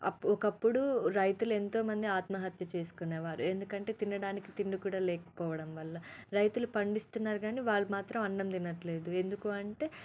అప్పు ఒకప్పుడు రైతులు ఎంతో మంది ఆత్మహత్య చేసుకునేవారు ఎందుకంటే తినడానికి తిండి కూడా లేకపోవడం వల్ల రైతులు పండిస్తున్నారు కానీ వాళ్ళు మాత్రం అన్నం తినటం లేదు ఎందుకు అంటే